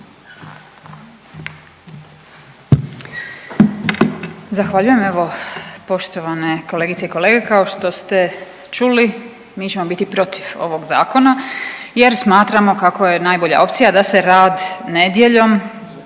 Zahvaljujem. Evo poštovane kolegice i kolege kao što ste čuli mi ćemo biti protiv ovog zakona jer smatramo kako je najbolja opcija da se rad nedjeljom